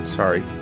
sorry